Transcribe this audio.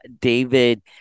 David